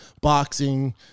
boxing